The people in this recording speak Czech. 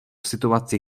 situaci